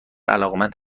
علاقمند